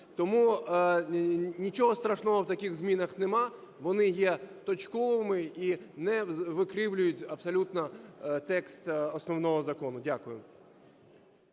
Тому нічого страшного в таких змінах нема, вони є точковими і не викривлюють абсолютно текст основного закону. Дякую.